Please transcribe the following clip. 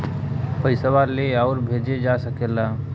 पइसवा ले आउर भेजे जा सकेला